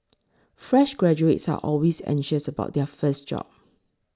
fresh graduates are always anxious about their first job